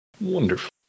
Wonderful